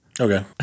okay